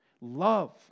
Love